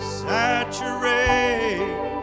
saturate